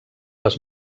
les